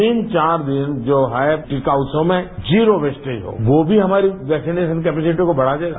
इन चार दिन जो है टीका उत्सव में जीरो वेस्टेज हो वो भी हमारी वैक्सीनेशन कैपेसिटी को बढा देगा